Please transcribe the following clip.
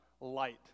light